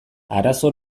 arazo